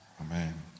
Amen